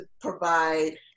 provide